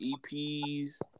EPs